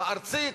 הארצית,